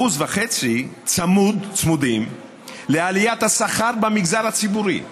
1.5% צמודים לעליית השכר במגזר הציבורי.